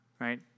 right